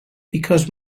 because